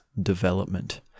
development